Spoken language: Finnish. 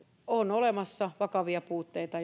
on olemassa vakavia puutteita